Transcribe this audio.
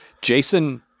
Jason